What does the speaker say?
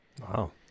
Wow